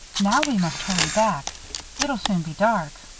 now we must hurry back it'll soon be dark.